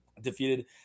Defeated